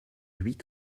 huit